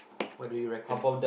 what do you reckon